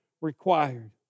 required